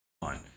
Fine